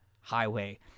Highway